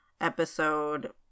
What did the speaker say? episode